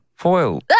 Foil